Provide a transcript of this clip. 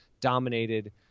dominated